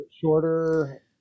shorter